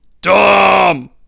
Dumb